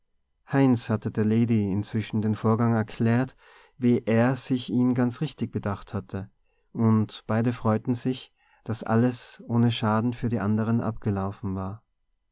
heinz hatte der lady inzwischen den vorgang erklärt wie er sich ihn ganz richtig bedacht hatte und beide freuten sich daß alles ohne schaden für die andern abgelaufen war